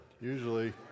Usually